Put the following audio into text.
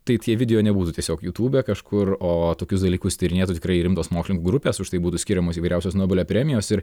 tai tie video nebūtų tiesiog jutube kažkur o tokius dalykus tyrinėtų tikrai rimtos mokslin grupės už tai būtų skiriamos įvairiausios nobelio premijos ir